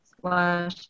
slash